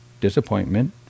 disappointment